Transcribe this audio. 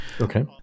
Okay